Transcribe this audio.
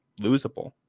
losable